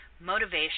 motivation